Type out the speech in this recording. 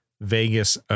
Vegas